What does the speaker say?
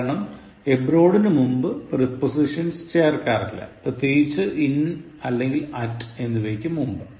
കാരണം aboradനു മുമ്പ് പ്രിപ്പോസിഷൻസ് ചേർക്കാറില്ല പ്രത്യേകിച്ച് in അല്ലെങ്കിൽ at എന്നിവയ്ക്ക് മുമ്പ്